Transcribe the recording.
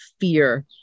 fear